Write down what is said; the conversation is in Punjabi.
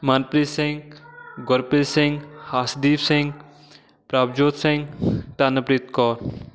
ਮਨਪ੍ਰੀਤ ਸਿੰਘ ਗੁਰਪ੍ਰੀਤ ਸਿੰਘ ਅਰਸ਼ਦੀਪ ਸਿੰਘ ਪ੍ਰਭਜੋਤ ਸਿੰਘ ਤਨਪ੍ਰੀਤ ਕੌਰ